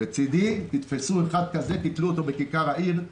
מצדי שיתפסו אדם כזה ויתלו אותו בכיכר העיר,